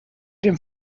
dem